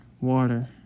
water